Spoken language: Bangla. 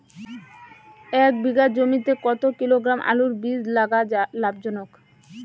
এক বিঘা জমিতে কতো কিলোগ্রাম আলুর বীজ লাগা লাভজনক?